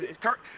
Kirk